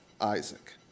Isaac